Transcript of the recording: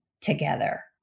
together